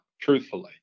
truthfully